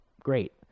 great